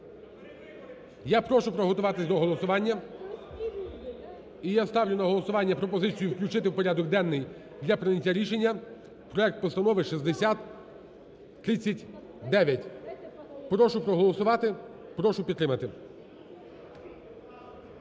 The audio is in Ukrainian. я прошу приготуватися до голосування. І я ставлю на голосування пропозицію включити в порядок денний для прийняття рішення проект Постанови 6039. Прошу проголосувати, прошу підтримати.